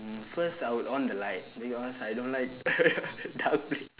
mm first I would on the light because I don't like dark place